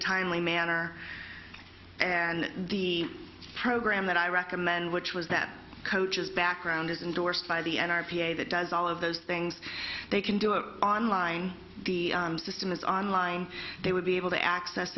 timely manner and the program that i recommend which was that coaches background is indorsed by the n r p a that does all of those things they can do it online the system is online they would be able to access